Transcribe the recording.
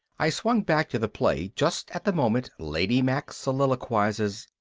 i swung back to the play just at the moment lady mack soliloquizes,